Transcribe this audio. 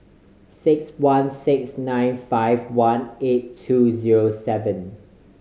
six one six nine five one eight two zero seven